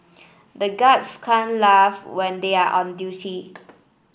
the guards can't laugh when they are on duty